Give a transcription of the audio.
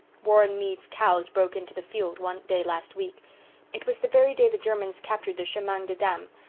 warren mead's cows broke into the field one day last week it was the very day the germans captured the chemang-de-dam,